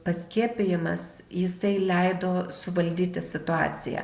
paskiepijimas jisai leido suvaldyti situaciją